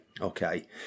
okay